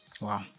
Wow